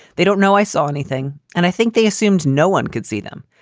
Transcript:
they don't know i saw anything. and i think they assumed no one could see them.